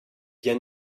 bien